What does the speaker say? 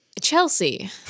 Chelsea